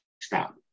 stop